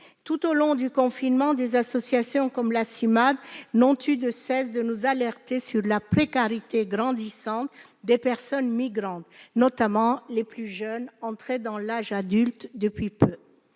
Tout au long du confinement, des associations comme la Cimade n'ont eu de cesse de nous alerter sur la précarité grandissante des personnes migrantes, notamment les plus jeunes entrés dans l'âge adulte depuis peu.